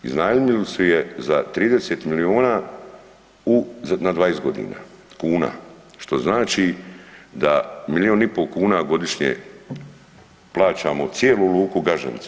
Iznajmili su je za 30 milijuna na 20 godina, kuna što znači da milijun i pol kuna godišnje plaćamo cijelu luku Gaženica.